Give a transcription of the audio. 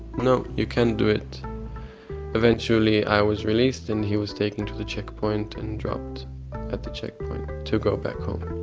no, you can't do it eventually i was released and he was taken to the checkpoint, and dropped at the checkpoint to go back home